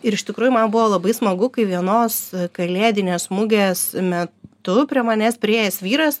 ir iš tikrųjų man buvo labai smagu kai vienos kalėdinės mugės metu prie manęs priėjęs vyras